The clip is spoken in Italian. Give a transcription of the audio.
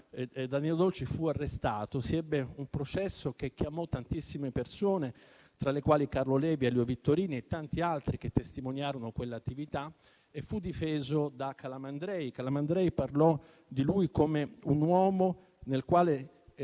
Danilo Dolci fu arrestato. Si ebbe un processo che attirò tantissime persone, tra le quali Carlo Levi, Elio Vittorini e tanti altri che testimoniarono quell'attività. Fu difeso da Calamandrei, che parlò di lui come l'uomo di cultura